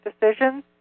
decisions